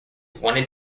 wanted